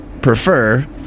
prefer